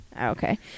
Okay